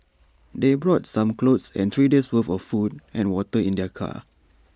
they brought some clothes and three days' worth of food and water in their car